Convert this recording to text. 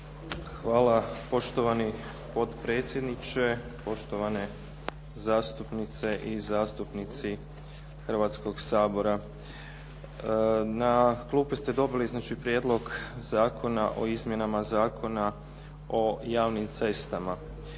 Hvala poštovani potpredsjedniče, poštovane zastupnice i zastupnici Hrvatskog sabora. Na klupe ste dobili znači Prijedlog zakona o izmjenama Zakona o javnim cestama.